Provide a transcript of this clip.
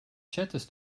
chattest